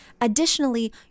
additionally